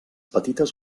petites